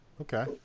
okay